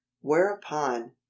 whereupon